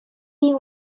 been